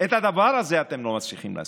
אתם לא מצליחים לעשות?